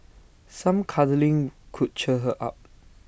some cuddling could cheer her up